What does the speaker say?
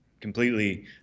completely